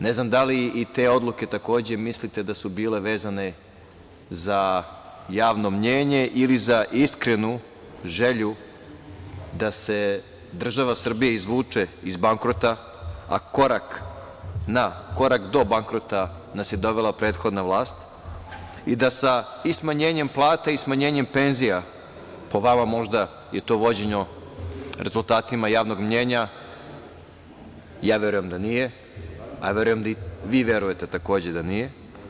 Ne znam da li i te odluke takođe mislite da su bile vezane za javno mnjenje ili za iskrenu želju da se država Srbija izvuče iz bankrota, a na korak do bankrota nas je dovela prethodna vlast, i da sa i smanjenjem plata i penzija, po vama možda je to vođeno rezultatima javnog mnjenja, verujem da nije, a verujem da i vi verujete takođe da nije.